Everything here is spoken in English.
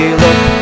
look